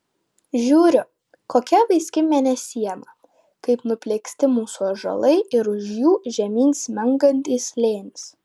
žiūriu kokia vaiski mėnesiena kaip nuplieksti mūsų ąžuolai ir už jų žemyn smengantis slėnis